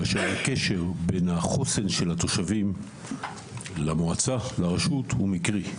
כאשר הקשר בין החוסן של התושבים לבין הרשות הוא מקרי.